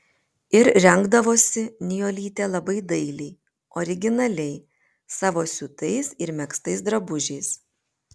ir rengdavosi nijolytė labai dailiai originaliai savo siūtais ir megztais drabužiais